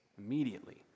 immediately